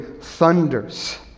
thunders